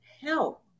help